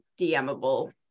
DMable